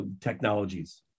technologies